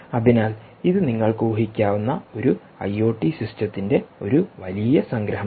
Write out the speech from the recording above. അതിനാൽ ഇത് നിങ്ങൾക്ക് ഊഹിക്കാവുന്ന ഐഒടി സിസ്റ്റത്തിന്റെ ഒരു വലിയ സംഗ്രഹമാണ്